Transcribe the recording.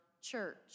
church